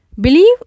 Believe